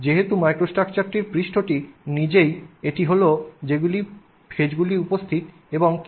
এখন যেহেতু মাইক্রো স্ট্রাকচারটির পৃষ্ঠটি নিজেই এটি হল যেগুলি ফেজগুলি উপস্থিত এবং কীভাবে এটি বিতরণ করা হয়